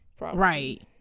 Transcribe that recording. right